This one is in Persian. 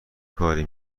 کاری